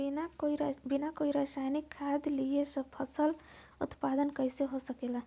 बिना कोई रसायनिक खाद दिए फसल उत्पादन कइसे हो सकेला?